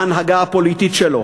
בהנהגה הפוליטית שלו,